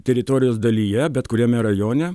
teritorijos dalyje bet kuriame rajone